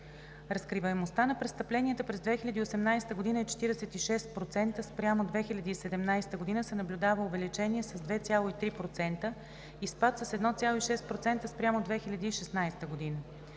Разкриваемостта на престъпленията през 2018 г. е 46%, като спрямо 2017 г. се наблюдава увеличение с 2,3% и спад с 1,6% спрямо 2016 г.